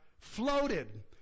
floated